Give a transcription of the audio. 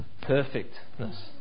perfectness